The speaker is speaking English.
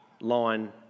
line